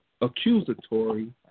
accusatory